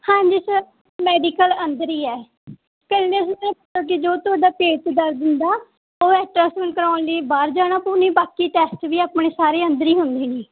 ਹਾਂਜੀ sir medical ਅੰਦਰ ਹੀ ਹੈ ਅਪੈਂਡਿਕਸ ਦੇ ਕਰਕੇ ਜੋ ਤੁਹਾਡਾ ਪੇਟ ਦਰਦ ਹੁੰਦਾ ਉਹ ਐਟਰਾਸਾਊਡ ਕਰਵਾਉਣ ਲਈ ਬਾਹਰ ਜਾਣਾ ਪਊ ਨਹੀਂ ਬਾਕੀ ਟੈਸਟ ਵੀ ਆਪਣੇ ਸਾਰੇ ਅੰਦਰ ਹੀ ਹੁੰਦੇ ਨੇ